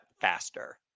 faster